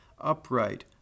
upright